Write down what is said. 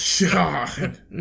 God